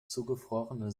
zugefrorene